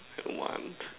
I want